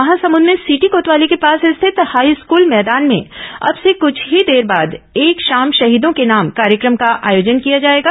महासमुंद में सिटी कोतवाली के पास स्थित हाईस्कूल मैदान में अब से कुछ ही देर बाद एक शाम शहीदों के नाम कार्यक्रम का आयोजन किया जाएगा